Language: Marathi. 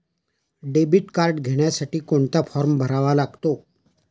डेबिट कार्ड घेण्यासाठी कोणता फॉर्म भरावा लागतो?